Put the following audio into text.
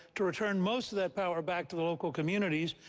to return most of that power back to the local communities,